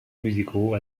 musicaux